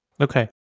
Okay